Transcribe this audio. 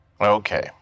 Okay